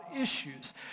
issues